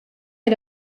est